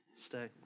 Stay